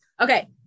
Okay